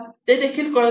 ते कळत नाही